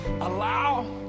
allow